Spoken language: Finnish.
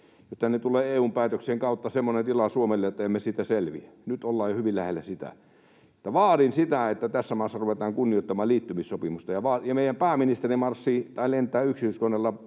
Tänne tulee EU:n päätöksien kautta semmoinen tila Suomelle, että emme siitä selviä. Nyt ollaan jo hyvin lähellä sitä. Eli vaadin sitä, että tässä maassa ruvetaan kunnioittamaan liittymissopimusta ja meidän pääministeri marssii tai lentää yksityiskoneella